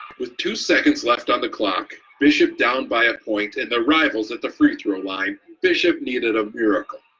with two seconds left on the clock, bishop down by a point and the rivals at the free-throw line bishop needed a miracle,